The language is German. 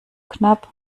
knapp